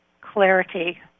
clarity